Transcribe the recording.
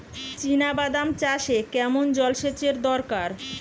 চিনাবাদাম চাষে কেমন জলসেচের দরকার?